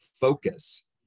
focus